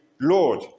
Lord